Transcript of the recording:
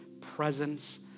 presence